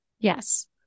Yes